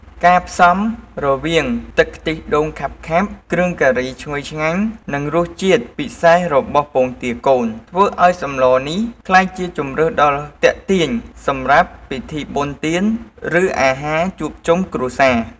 ការផ្សំរវាងទឹកខ្ទិះដូងខាប់ៗ គ្រឿងការីឈ្ងុយឆ្ងាញ់ និងរសជាតិពិសេសរបស់ពងទាកូន ធ្វើឱ្យសម្លនេះក្លាយជាជម្រើសដ៏ទាក់ទាញសម្រាប់ពិធីបុណ្យទាន ឬអាហារជួបជុំគ្រួសារ។